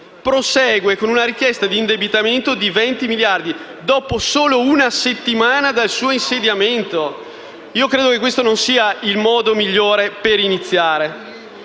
prosegue con una richiesta di indebitamento di 20 miliardi, dopo una sola settimana dal suo insediamento. Credo che questo non sia il modo migliore per iniziare.